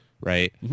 right